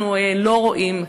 אנחנו לא רואים.